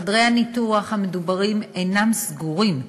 חדרי הניתוח המדוברים אינם סגורים,